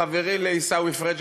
לחברי עיסאווי פריג',